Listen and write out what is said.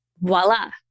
voila